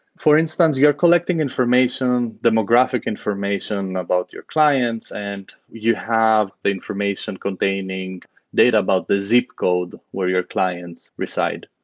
for instance, you're collecting information, demographic information about your clients and you have the information containing data about the zip code where your clients reside.